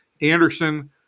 Anderson